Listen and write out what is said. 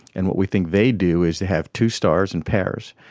and what we think they do is they have two stars in pairs,